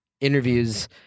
interviews